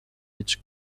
its